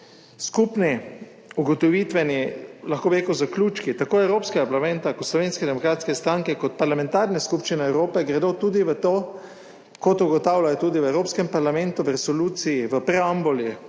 Skupni ugotovitveni, lahko bi rekel, zaključki tako Evropskega parlamenta kot Slovenske demokratske stranke kot parlamentarne skupščine Evrope gredo tudi v to, kot ugotavljajo tudi v Evropskem parlamentu v resoluciji v preambuli